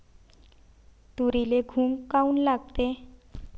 तुरीले घुंग काऊन लागते?